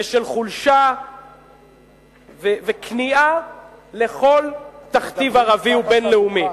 ושל חולשה וכניעה לכל תכתיב ערבי ובין-לאומי.